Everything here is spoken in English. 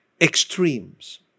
extremes